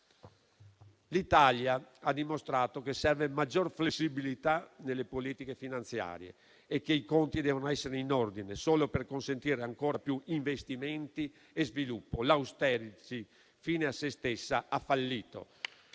L'Italia ha dimostrato che serve maggior flessibilità delle politiche finanziarie e che i conti devono essere in ordine solo per consentire ancor più investimenti e sviluppo. L'*austerity* fine a sé stessa ha fallito.